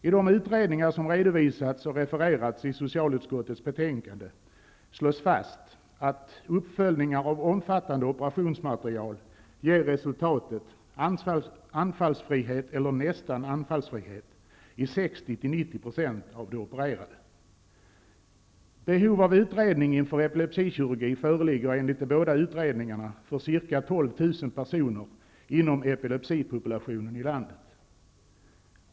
I de utredningar som redovisats och refererats i socialutskottets betänkande slås fast att uppföljningar av omfattande operationsmaterial ger resultatet anfallsfrihet eller nästan anfallsfrihet hos 60--90 % av de opererade. Behovet av utredning inför epilepsikirurgi föreligger enligt de båda utredningarna för ca 12 000 personer inom epilepsipopulationen i landet.